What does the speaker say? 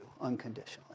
unconditionally